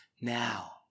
now